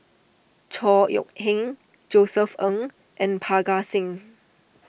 Chor Yeok Eng Josef Ng and Parga Singh